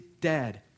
dead